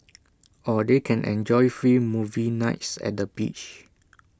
or they can enjoy free movie nights at the beach